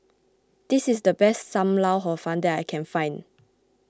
this is the best Sam Lau Hor Fun that I can find